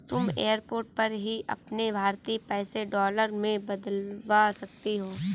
तुम एयरपोर्ट पर ही अपने भारतीय पैसे डॉलर में बदलवा सकती हो